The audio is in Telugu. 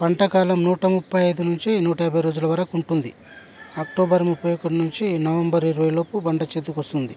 పంటకాలం నూట ముప్ఫై ఐదు నుంచి నూట యాభై రోజుల వరకు ఉంటుంది అక్టోబర్ ముప్ఫై ఒకటి నుంచి నవంబర్ ఇరవై లోపు పంట చేతికి వస్తుంది